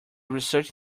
research